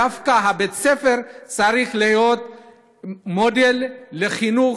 דווקא בית-הספר צריך להיות מודל לחינוך,